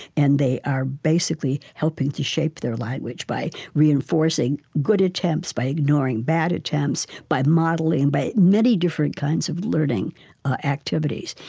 and they are basically helping to shape their language by reinforcing good attempts, by ignoring bad attempts, by modeling, and by many different kinds of learning activities.